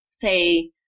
say